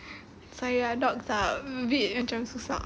sorry ah dogs are a bit macam susah